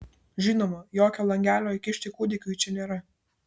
žinoma jokio langelio įkišti kūdikiui čia nėra